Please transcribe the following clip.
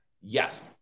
Yes